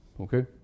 Okay